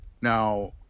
Now